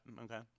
Okay